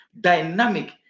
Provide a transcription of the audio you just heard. dynamic